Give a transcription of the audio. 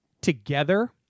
together